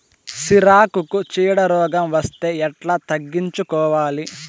సిరాకుకు చీడ రోగం వస్తే ఎట్లా తగ్గించుకోవాలి?